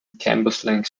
cambuslang